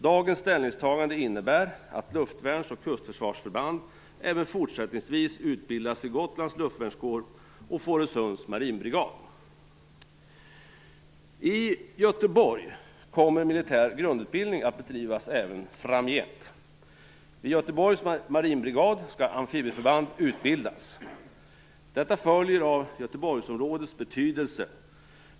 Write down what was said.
Dagens ställningstagande innebär att luftvärns och kustförsvarsförband även fortsättningsvis utbildas vid Gotlands luftvärnskår och Fårösunds marinbrigad. I Göteborg kommer militär grundutbildning att bedrivas även framgent. Vid Göteborgs marinbrigad skall amfibieförband utbildas. Detta följer av Göteborgsområdets betydelse.